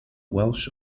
welsh